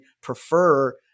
prefer